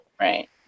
right